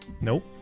Nope